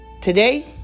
Today